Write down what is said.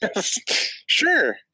Sure